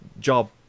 job